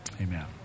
Amen